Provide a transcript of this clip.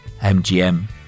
MGM